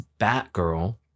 batgirl